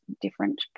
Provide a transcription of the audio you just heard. different